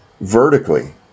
vertically